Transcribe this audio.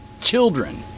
children